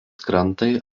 krantai